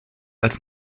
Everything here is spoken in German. als